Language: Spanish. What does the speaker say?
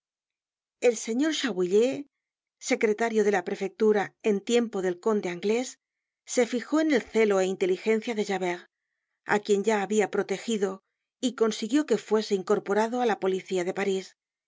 el señor chabouillet secretario de la prefectura en tiempo del conde anglés se fijó en el celo é inteligencia de javert á quien ya habia protegido y consiguió que fuese incorporado á la policía de parís